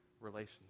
relationship